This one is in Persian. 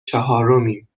چهارمیم